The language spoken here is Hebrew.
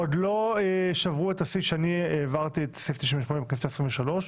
עוד לא שברו את השיא שאני העברתי את סעיף 98 וסעיף 23,